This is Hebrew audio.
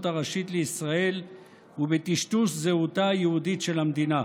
הראשית לישראל ובטשטוש זהותה היהודית של המדינה,